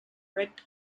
red